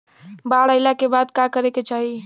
बाढ़ आइला के बाद का करे के चाही?